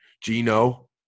Gino